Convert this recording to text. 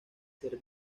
ser